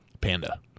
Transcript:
Panda